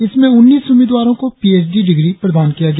इसमें उन्नीस उम्मीदवारों को पी एच डी डिग्री प्रदान किया गया